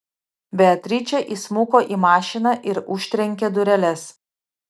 beatričė įsmuko į mašiną ir užtrenkė dureles